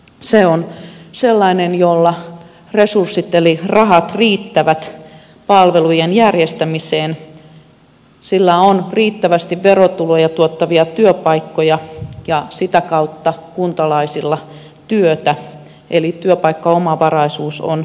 se on sellainen jolla resurssit eli rahat riittävät palvelujen järjestämiseen jolla on riittävästi verotuloja tuottavia työpaikkoja ja sitä kautta kuntalaisilla työtä eli työpaikkaomavaraisuus on hyvä